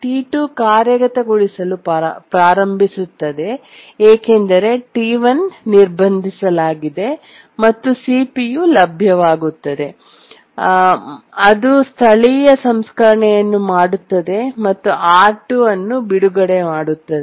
T2 ಕಾರ್ಯಗತಗೊಳಿಸಲು ಪ್ರಾರಂಭಿಸುತ್ತದೆ ಏಕೆಂದರೆ T1 ನಿರ್ಬಂಧಿಸಲಾಗಿದೆ ಮತ್ತು ಸಿಪಿಯು ಲಭ್ಯವಾಗುತ್ತದೆ ಮತ್ತು ಅದು ಸ್ಥಳೀಯ ಸಂಸ್ಕರಣೆಯನ್ನು ಮಾಡುತ್ತದೆ ಮತ್ತು R2 ಅನ್ನು ಬಿಡುಗಡೆ ಮಾಡುತ್ತದೆ